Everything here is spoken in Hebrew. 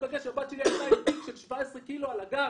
הבת שלי הלכה עם תיק של 17 קילו על הגב,